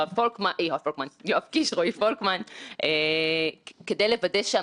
שהיא יכולה לעלות לדרגה שנותנת "פייט" לוועדה ממלכתית